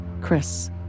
Chris